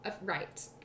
Right